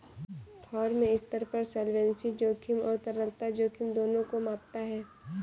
firm स्तर पर solvency जोखिम और तरलता जोखिम दोनों को मापता है